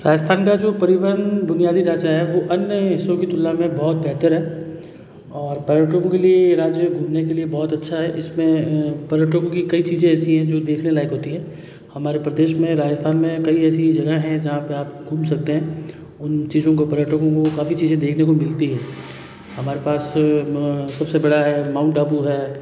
राजस्थान का जो परिवहन बुनियादी ढांचा है वो अन्य हिस्सों की तुलना में बहुत बेहतर है और पर्यटकों के लिए राज्य घूमने के लिए बहुत अच्छा है इसमें पर्यटकों की कई चीज़ें ऐसी हैं जो देखने लायक होती हैं हमारे प्रदेश में राजस्थान में कई ऐसी जगह हैं जहाँ पर आप घूम सकते हैं उन चीज़ों को पर्यटकों को काफ़ी चीज़ें देखने को मिलती हैं हमारे पास सबसे बड़ा है माउंट आबू है